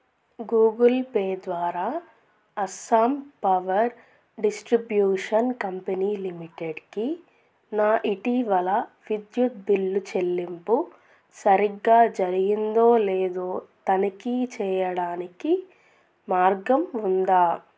Google Pay ద్వారా Assam power distribution company లిమిటెడ్కి నా ఇటీవల విద్యుత్ బిల్లు చెల్లింపు సరిగ్గా జరిగిందో లేదో తనిఖీ చేయడానికి మార్గం ఉందా